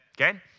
okay